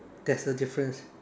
there's a difference